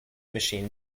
machine